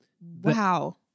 Wow